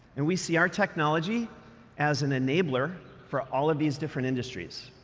and we see our technology as an enabler for all of these different industries.